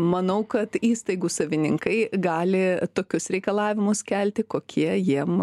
manau kad įstaigų savininkai gali tokius reikalavimus kelti kokie jiem